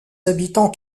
habitants